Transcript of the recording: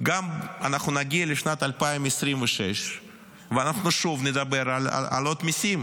אנחנו גם נגיע לשנת 2026 ואנחנו שוב נדבר על העלאות מיסים